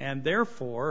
and therefore